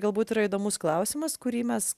galbūt yra įdomus klausimas kurį mes